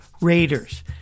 Raiders